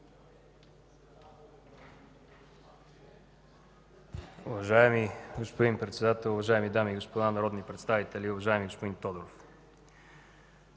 Уважаеми господин Председател, уважаеми дами и господа народни представители, уважаеми господин Тодоров!